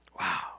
Wow